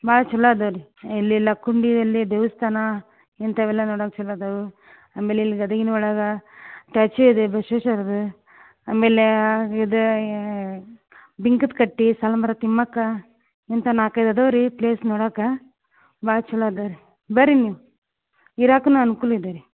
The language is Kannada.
ಭಾಳ ಛಲೋ ಅದಾವೆ ರೀ ಇಲ್ಲೆಲ್ಲ ಕುಂಡಿರೆಲ್ಲಿ ದೇವಸ್ಥಾನ ಇಂತವೆಲ್ಲ ನೋಡಾಕೆ ಛಲೋ ಅದಾವೆ ಆಮೇಲೆ ಇಲ್ಲಿ ಗದಗಿನ ಒಳಗೆ ಟ್ಯಾಚು ಅದೇ ಬಸ್ವೇಶ್ವರರ ಅಮ್ಯಾಲೆ ಇದಾ ಬಿಂಕದ ಕಟ್ಟಿ ಸಾಲು ಮರದ ತಿಮ್ಮಕ್ಕ ಇಂತ ನಾಲ್ಕು ಐದು ಅದಾವೆ ರೀ ಪ್ಲೇಸ್ ನೋಡಾಕೆ ಭಾಳ ಛಲೋ ಅದಾವೆ ರೀ ಬರ್ರಿ ನೀವು ಇರಾಕನು ಅನ್ಕುಲ ಇದೆ ರೀ